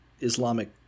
Islamic